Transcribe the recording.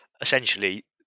essentially